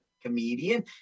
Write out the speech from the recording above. comedian